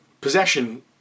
possession